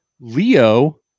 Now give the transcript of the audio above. Leo